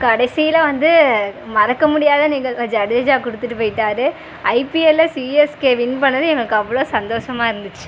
கடைசியில் வந்து மறக்க முடியாத நிகழ் ஜடேஜா கொடுத்துட்டு போயிட்டார் ஐபிஎல்லில் சிஎஸ்கே வின் பண்ணது எங்களுக்கு அவ்வளோ சந்தோஷமா இருந்துச்சு